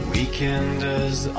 Weekenders